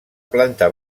planta